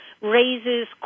raises